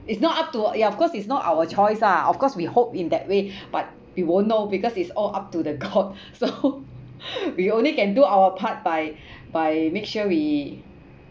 it's not up to uh ya of course it's not our choice lah of course we hope in that way but we won't know because it's all up to the god so we only can do our part by by make sure we